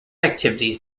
activities